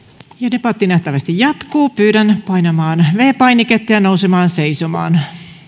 debatti nähtävästi jatkuu pyydän painamaan viides painiketta ja nousemaan seisomaan